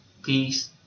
Peace